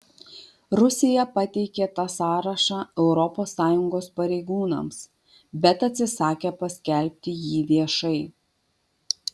rusija pateikė tą sąrašą europos sąjungos pareigūnams bet atsisakė paskelbti jį viešai